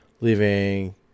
leaving